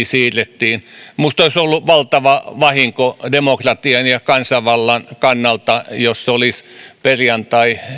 siirrettiin minusta olisi ollut valtava vahinko demokratian ja kansanvallan kannalta jos olisi perjantai